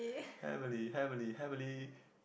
heavenly heavenly heavenly